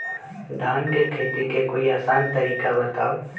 धान के खेती के कोई आसान तरिका बताउ?